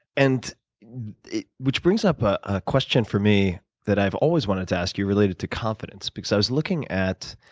and which brings up a question for me that i've always wanted to ask you related to confidence because i was looking at,